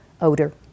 odor